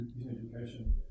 education